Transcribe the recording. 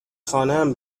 خانهام